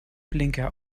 blinker